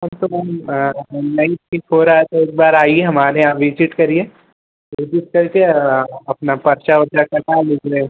हम तो मैम नहीं ठीक हो रहा है तो एक बार आइए हमारे यहाँ विज़िट करिए विज़िट करके और आप अपना पर्चा ओरचा कटवा लीजिए